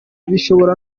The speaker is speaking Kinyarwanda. bishobora